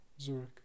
Zurich